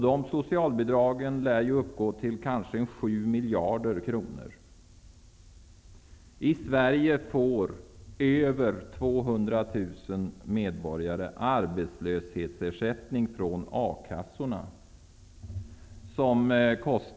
De socialbidragen uppgår till kanske sju miljarder kronor. I Sverige får över 200 000 medborgare arbetslöshetsersättning från A-kassorna.